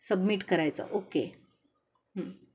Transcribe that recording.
submit करायचं okay